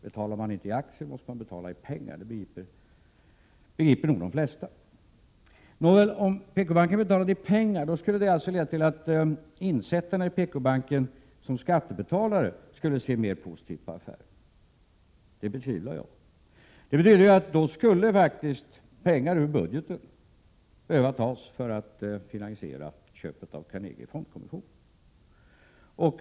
Betalar man inte i aktier, måste man betala i pengar, det begriper nog de flesta. Nåväl, om PKbanken betalat i pengar skulle det ha lett till att insättarna i PKbanken som skattebetalare skulle se mer positivt på affären. Det betvivlar jag. Då skulle ju faktiskt pengar behöva tas ur budgeten för att finansiera köpet av Carnegie Fondkommission.